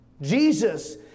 Jesus